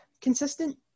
consistent